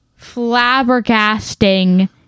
flabbergasting